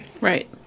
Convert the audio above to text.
Right